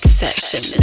section